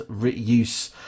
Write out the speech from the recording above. use